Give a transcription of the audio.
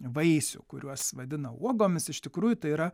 vaisių kuriuos vadina uogomis iš tikrųjų tai yra